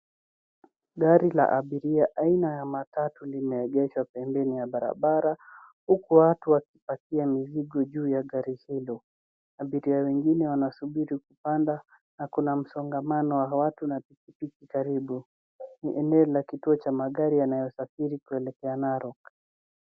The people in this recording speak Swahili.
Gari la abiria aina ya matatu limeegeshwa pembeni ya barabara huku watu wakipakia mizigo juu ya gari hilo. Abiria wengine wanasubiri kupanda na kuna msongamano wa watu na pikipiki karibu. Ni eneo la kituo cha magari yanayosafiri kuelekea Narok.